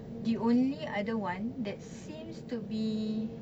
the only one that seems to be